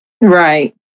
Right